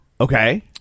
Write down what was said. Okay